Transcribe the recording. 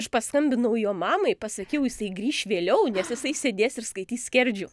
aš paskambinau jo mamai pasakiau jisai grįš vėliau nes jisai sėdės ir skaitys skerdžių